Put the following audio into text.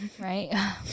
Right